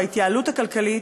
או חוק ההתייעלות הכלכלית,